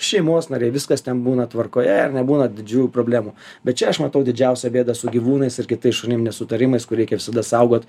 šeimos nariai viskas ten būna tvarkoje ir nebūna didžiųjų problemų bet čia aš matau didžiausią bėda su gyvūnais ir kitais šunim nesutarimais kur reikia visada saugot